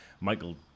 Michael